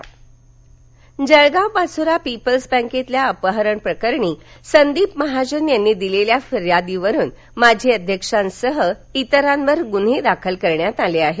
गैरव्यवहार जळगाव जळगाव पाघोरा पीपल्स बॅंकेतील अपहार प्रकरणी संदीप महाजन यांनी दिलेल्या फिर्यादीवरून माजी अध्यक्षांसह इतरांवर गुन्हे दाखल करण्यात आले आहेत